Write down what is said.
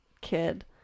kid